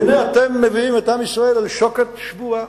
והנה אתם מביאים את עם ישראל לשוקת שבורה.